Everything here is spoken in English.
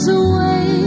away